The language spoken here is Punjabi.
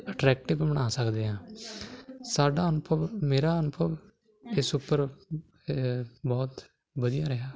ਅਟਰੈਕਟਿਵ ਬਣਾ ਸਕਦੇ ਹਾਂ ਸਾਡਾ ਅਨੁਭਵ ਮੇਰਾ ਅਨੁਭਵ ਇਸ ਉਪਰ ਬਹੁਤ ਵਧੀਆ ਰਿਹਾ